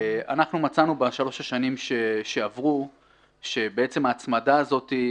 בשלוש השנים שעברו מצאנו שההצמדה הזאת,